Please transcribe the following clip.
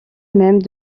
même